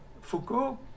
Foucault